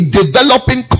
developing